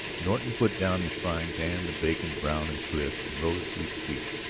norton put down his frying-pan, the bacon brown and crisp, and rose to his feet.